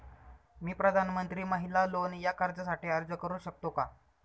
मी प्रधानमंत्री महिला लोन या कर्जासाठी अर्ज करू शकतो का?